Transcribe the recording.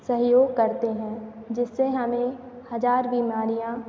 सहयोग करते हैं जिससे हमें हजार बीमारियाँ